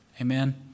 Amen